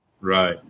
Right